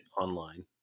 online